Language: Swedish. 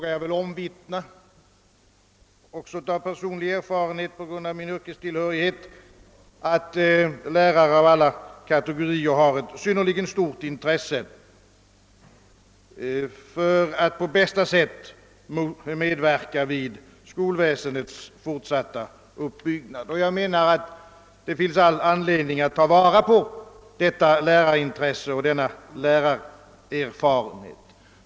Av personlig erfarenhet — på grund av min yrkestillhörighet — kan jag också omvittna, att lärare av alla kategorier har ett mycket stort intresse för att på bästa sätt medverka i skolväsendets fortsatta uppbyggnad. Det finns all anledning att ta vara på detta lärarintresse och på lärarnas erfarenheter.